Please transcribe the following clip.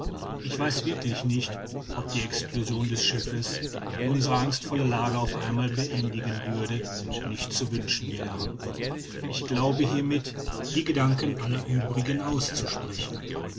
ich weiß wirklich nicht ob die explosion des schiffes die unsere angstvolle lage auf einmal beendigen würde nicht zu wünschen wäre ich glaube hiermit die gedanken aller uebrigen auszusprechen